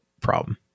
problem